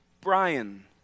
Brian